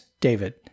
David